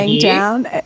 down